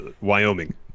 Wyoming